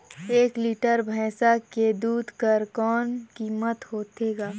एक लीटर भैंसा के दूध कर कौन कीमत होथे ग?